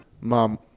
Mom